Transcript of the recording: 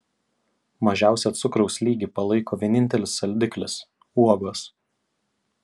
mažiausią cukraus lygį palaiko vienintelis saldiklis uogos